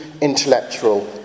intellectual